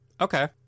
Okay